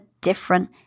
different